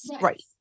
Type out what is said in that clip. Right